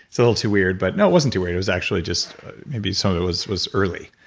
it's a little too weird but no, it wasn't too weird, it was actually just maybe some of it was was early.